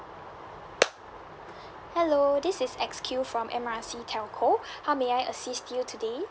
hello this is X Q from M R C telco how may I assist you today